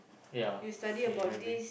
yeah